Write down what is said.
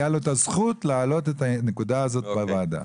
הייתה לו הזכות להעלות את הנקודה הזאת בוועדה.